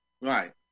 right